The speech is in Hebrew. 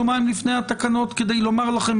יומיים לפני התקנות כדי לומר לכם,